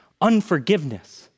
unforgiveness